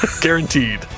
Guaranteed